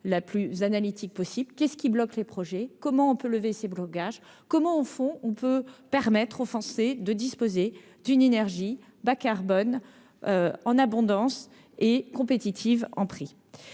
la plus analytique possible qu'est-ce qui bloque les projets, comment on peut lever ces blocages comment, au fond, on peut permettre, Français de disposer d'une énergie bas-carbone en abondance et compétitive en prix